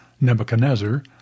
Nebuchadnezzar